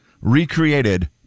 recreated